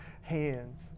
hands